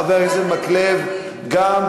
חבר הכנסת מקלב גם,